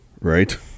Right